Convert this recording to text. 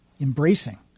embracing